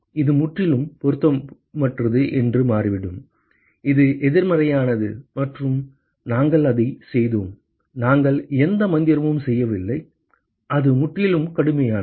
இது முற்றிலும் பொருத்தமற்றது என்று மாறிவிடும் இது எதிர்மறையானது மற்றும் நாங்கள் அதைச் செய்தோம் நாங்கள் எந்த மந்திரமும் செய்யவில்லை அது முற்றிலும் கடுமையானது